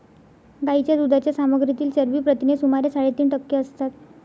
गायीच्या दुधाच्या सामग्रीतील चरबी प्रथिने सुमारे साडेतीन टक्के असतात